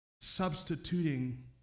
substituting